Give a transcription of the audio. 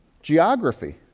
geography,